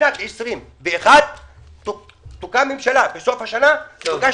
לשנת 2021. תוקם ממשלה בסוף השנה תוגש